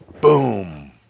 Boom